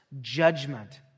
judgment